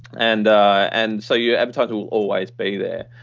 and and so, your advertisement will always be there.